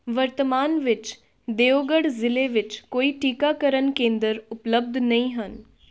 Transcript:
ਵਰਤਮਾਨ ਵਿੱਚ ਦਿਓਗੜ੍ਹ ਜ਼ਿਲ੍ਹੇ ਵਿੱਚ ਕੋਈ ਟੀਕਾਕਰਨ ਕੇਂਦਰ ਉਪਲਬਧ ਨਹੀਂ ਹਨ